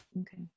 Okay